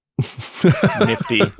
Nifty